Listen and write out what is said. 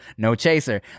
NOCHASER